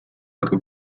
votre